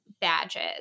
badges